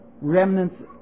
remnants